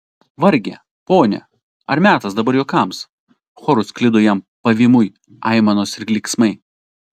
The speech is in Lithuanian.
varge pone ar metas dabar juokams choru sklido jam pavymui aimanos ir klyksmai